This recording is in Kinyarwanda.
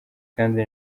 kandi